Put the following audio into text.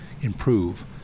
improve